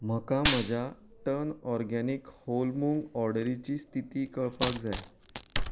म्हाका म्हज्या turn organic whole moong ऑर्डरीची स्थिती कळपाक जाय